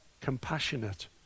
compassionate